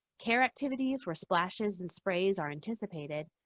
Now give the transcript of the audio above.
care activities where splashes and sprays are anticipated,